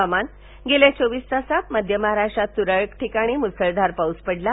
हवामान गेल्या चोवीस तासात मध्य महाराष्ट्रात तुरळक ठिकाणी मुसळधार पाऊस पडला